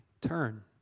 turn